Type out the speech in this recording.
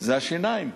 זה השיניים.